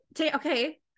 okay